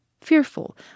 fearful